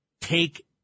take